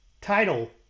title